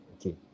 Okay